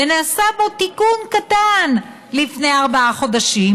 ונעשה בו תיקון קטן לפני ארבעה חודשים?